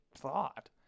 thought